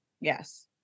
Yes